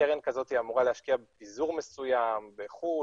קרן כזאת אמורה להשקיע בפיזור מסוים בחו"ל